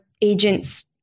agents